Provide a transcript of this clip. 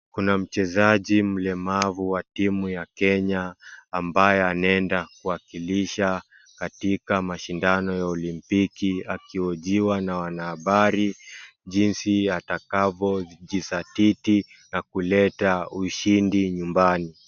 Kuna mchezaji mlemavu wa timu ya Kenya ambaye anenda kuakilisha katika mashidano ya olympiki akihojiwa na wanahabari jinsi atakavyo jisatiti na kuleta ushindi nyumba.